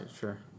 sure